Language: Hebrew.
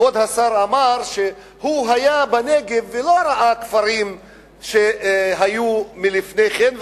כבוד השר אמר שהוא היה בנגב ולא ראה כפרים שהיו מלפני כן,